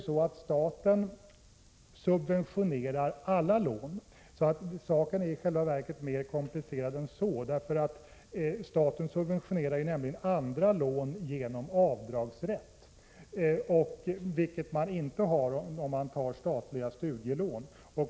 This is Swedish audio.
Eftersom staten subventionerar alla lån, blir saken i själva verket mera komplicerad än så, därför att staten ju subventionerar andra lån, inte statliga studielån, genom avdragsrätt.